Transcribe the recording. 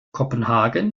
kopenhagen